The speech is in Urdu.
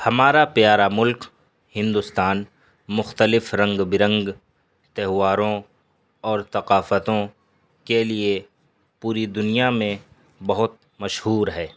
ہمارا پیارا ملک ہندوستان مختلف رنگ برنگ تہواروں اور ثقافتوں کے لیے پوری دنیا میں بہت مشہور ہے